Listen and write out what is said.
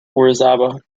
orizaba